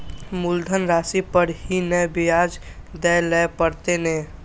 मुलधन राशि पर ही नै ब्याज दै लै परतें ने?